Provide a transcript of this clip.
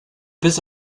bis